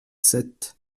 sept